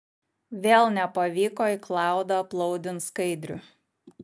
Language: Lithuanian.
vėl nepavyko į klaudą aplaudint skaidrių